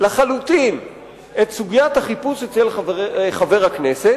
לחלוטין את סוגיית החיפוש אצל חבר הכנסת,